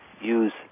use